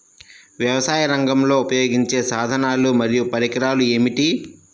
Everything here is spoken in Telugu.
వ్యవసాయరంగంలో ఉపయోగించే సాధనాలు మరియు పరికరాలు ఏమిటీ?